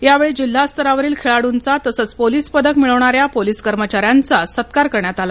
यावेळी जिल्हा स्तरावरील खेळाडूंचा तसंच पोलीस पदक मिळवणाऱ्या पोलिस कर्मचाऱ्यांचा सत्कार करण्यात आला